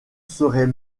seraient